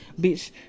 bitch